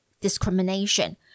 discrimination